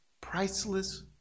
priceless